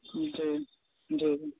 जी जी